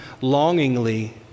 longingly